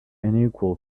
unequal